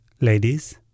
Ladies